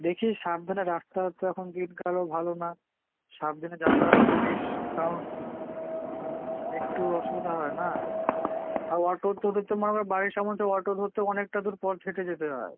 দেখিস সাবধানে রাস্তাঘাট তো এখন দিনকালও ভালো না সাবধানে যাতায়াত করিস কারণ একটু অসুবিধা হবে না আর অটো তোদের তো মনে কর বাড়ির সামনে থেকে অটো ধরতে অনেকটা দূর পথ হেঁটে যেতে হয়